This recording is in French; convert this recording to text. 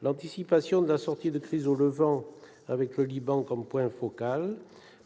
l'anticipation de la sortie de crise au Levant avec le Liban comme point focal-